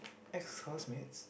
ex classmates